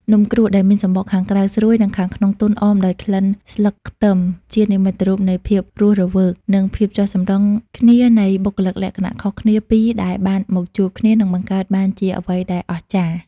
នំគ្រក់ ដែលមានសំបកខាងក្រៅស្រួយ និងខាងក្នុងទន់អមដោយក្លិនស្លឹកខ្ទឹម ជានិមិត្តរូបនៃភាពរស់រវើក និងភាពចុះសម្រុងគ្នានៃបុគ្គលិកលក្ខណៈខុសគ្នាពីរដែលបានមកជួបគ្នា និងបង្កើតបានជាអ្វីដែលអស្ចារ្យ។